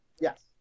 Yes